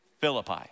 Philippi